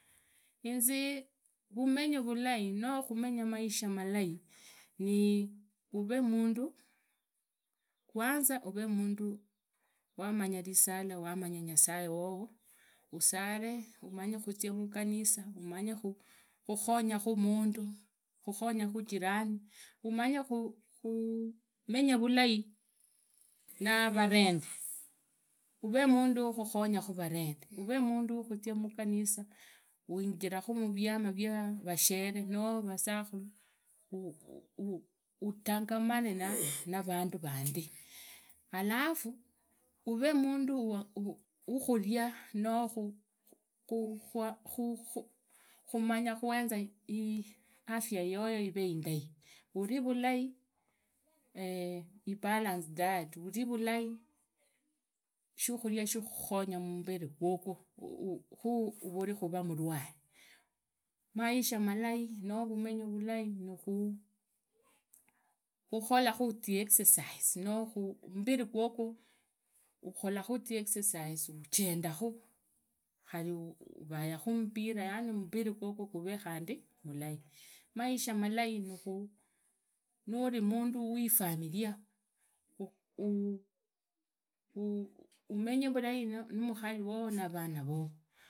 Inze vumenyo, noo khumenya maisha malai, nii uvemundu, kwanza uveemundu wamanya lisala wamanye nyasaye wowo, usare umanye khuzia muganisa, umanyekhukhonga khu mundu, khukhonyakhu jirani, umanye khumenya vurai navarende, umenye vurai navavende, uveeemundu wakhuzia muganisa, huinjira muvyama via vashere noo vasakhulu khuutangamane na vandu vandi, alafu avee mundu wakhulia anoo mundu wakhuenza mbiri awogwo gavee mulai, uvii vulai ibalance diet uvii vulai shukhuria shukhuora mbiri gwogwo, khu uvuvee khura mulwale, maisha malai no vumenyo vulai, nikhukholakhu ziexercise khumbiri gwogwo ukholakhu ziexercise ujendakhu, khari avuyukhu mpira gani mbiri gwogwo guvee khandi halai, maisha malai nuri mundu wifamilia, umenyo vulai numukhari wowo navana.